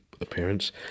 appearance